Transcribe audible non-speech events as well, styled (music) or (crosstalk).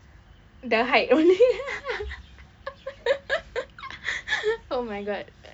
the height only (laughs) oh my god